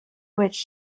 which